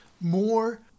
more